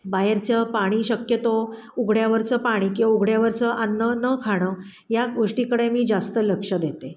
बाहेरचं पाणी शक्यतो उघड्यावरचं पाणी किंवा उघड्यावरचं अन्न न खाणं या गोष्टीकडे मी जास्त लक्ष देते